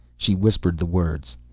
she whispered the words.